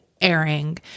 airing